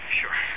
sure